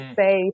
say